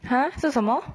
!huh! 是什么